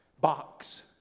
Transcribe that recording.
box